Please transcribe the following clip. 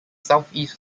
southeast